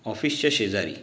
ऑफिसच्या शेजारी